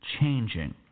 changing